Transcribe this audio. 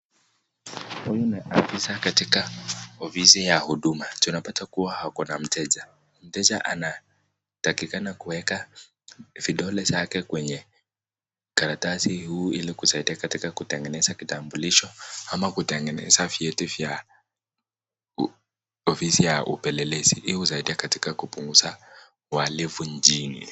Huyu na afisa katika ofisi ya huduma tunapata kuwa hako na mteja. Mtja anatakikana kuweka vidole zake kwenye karatasi huu ili kusaidia katika kutengeneza kitambulisho ama kutengeneza vyeti vya ofisi ya upelelezi ili kusaidia katika kupunguza walifu nchini.